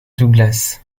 douglas